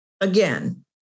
again